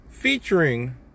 Featuring